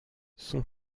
son